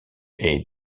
est